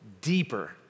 deeper